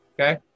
Okay